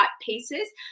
pieces